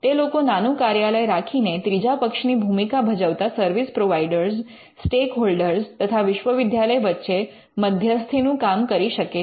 તે લોકો નાનું કાર્યાલય રાખીને ત્રીજા પક્ષની ભૂમિકા ભજવતા સર્વિસ પ્રોવાઇડર સ્ટેકહોલ્ડર તથા વિશ્વવિદ્યાલય વચ્ચે મધ્યસ્થીનું કામ કરી શકે છે